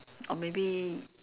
or maybe